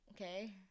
okay